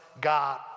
God